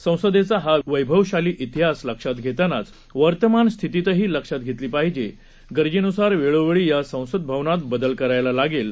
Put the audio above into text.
संसदेचा हा वैभवशाली तिहास लक्षात ठेवतानाच वर्तमान स्थितीही लक्षात घेतली पाहिजे गरजेनुसार वेळोवेळी या संसद भवनात बदल करायला लागले